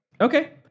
Okay